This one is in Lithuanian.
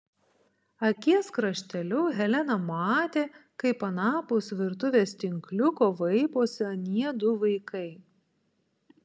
akies krašteliu helena matė kaip anapus virtuvės tinkliuko vaiposi anie du vaikiai